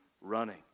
running